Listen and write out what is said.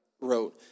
wrote